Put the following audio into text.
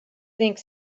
think